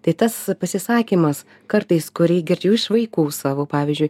tai tas pasisakymas kartais kurį girdžiu iš vaikų savo pavyzdžiui